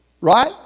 right